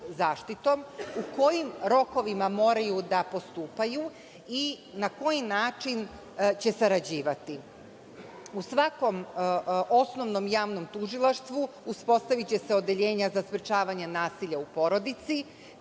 zaštitom, u kojim rokovima moraju da postupaju i na koji način će sarađivati. U svakom osnovnom javnom tužilaštvu uspostaviće se odeljenja za sprečavanje nasilja u porodici,